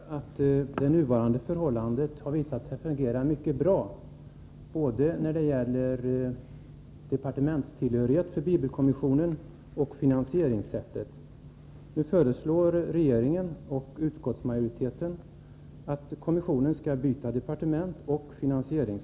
Fru talman! Jag vill bara konstatera att det nuvarande systemet har visat sig att fungera mycket bra, både när det gäller departementstillhörighet och när det gäller finansieringssättet. Nu föreslår regeringen och utskottsmajoriteten att kommissionen skall byta departement och finansiering.